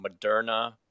Moderna